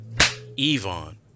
Yvonne